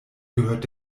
gehört